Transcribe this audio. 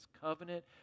covenant